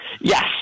Yes